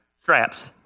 straps